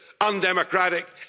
undemocratic